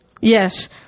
Yes